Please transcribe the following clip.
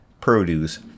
produce